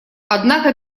однако